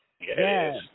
Yes